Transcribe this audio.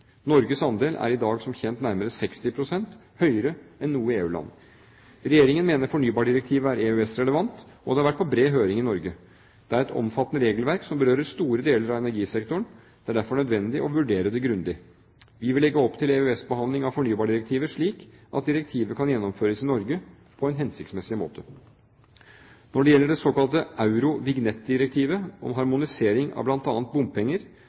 Norges andel er i dag som kjent nærmere 60 pst., høyere enn noe EU-lands. Regjeringen mener fornybardirektivet er EØS-relevant, og det har vært på bred høring i Norge. Det er et omfattende regelverk som berører store deler av energisektoren. Det er derfor nødvendig å vurdere det grundig. Vi vil legge opp til EØS-behandling av fornybardirektivet slik at direktivet kan gjennomføres i Norge på en hensiktsmessig måte. Når det gjelder det såkalte Eurovignett-direktivet om harmonisering av bl.a. bompenger,